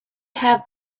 have